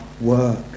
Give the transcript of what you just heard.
work